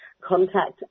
contact